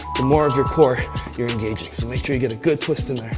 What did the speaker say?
the more of your core you're engaging. so make sure you get a good twist in